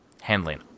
handling